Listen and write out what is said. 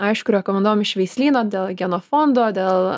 aišku rekomenduojam iš veislyno dėl genofondo dėl